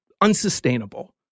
unsustainable